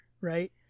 right